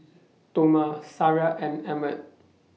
Toma Sariah and Emmet